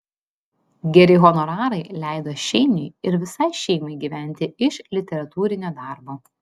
geri honorarai leido šeiniui ir visai šeimai gyventi iš literatūrinio darbo